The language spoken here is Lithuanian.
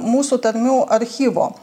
mūsų tarmių archyvo